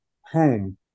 home